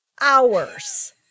hours